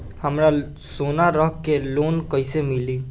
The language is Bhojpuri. हमरा सोना रख के लोन कईसे मिली?